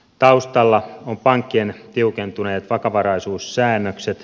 taustalla ovat pankkien tiukentuneet vakavaraisuussäännökset